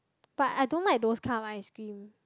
but I don't like those kind of ice cream